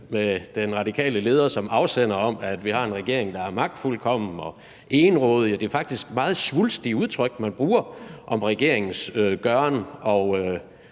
med den radikale leder som afsender om, at vi har en regering, der er magtfuldkommen og egenrådig, og det er jo faktisk nogle meget svulstige udtryk, man bruger om regeringens gøren og